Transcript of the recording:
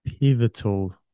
pivotal